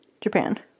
japan